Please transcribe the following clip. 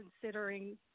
considering